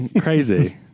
crazy